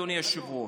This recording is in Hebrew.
אדוני היושב-ראש.